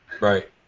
Right